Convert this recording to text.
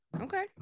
Okay